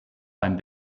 beim